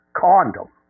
condom